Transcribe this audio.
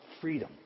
Freedom